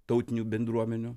tautinių bendruomenių